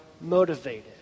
motivated